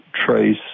Trace